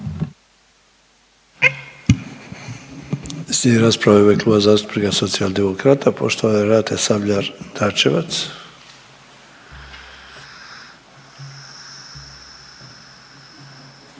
rasprava u ime Kluba zastupnika Socijaldemokrata poštovane Renate Sabljar Dračevac.